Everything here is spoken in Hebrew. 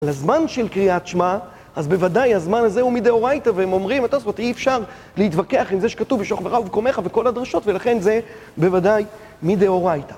לזמן של קריאת שמע, אז בוודאי הזמן הזה הוא מדאורייתא איתה והם אומרים, אתה יודע, זאת אומרת אי אפשר להתווכח עם זה משוך תורא ובקומך כל הדרשות, ולכן זה בוודאי מדאורייתא איתה